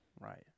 Right